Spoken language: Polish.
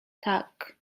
tak